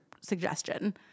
suggestion